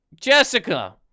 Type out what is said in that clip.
Jessica